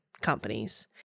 companies